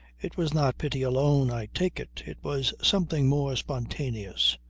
it was not pity alone, i take it. it was something more spontaneous,